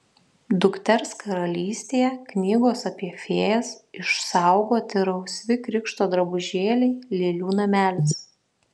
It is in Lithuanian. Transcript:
dukters karalystėje knygos apie fėjas išsaugoti rausvi krikšto drabužėliai lėlių namelis